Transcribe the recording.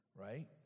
right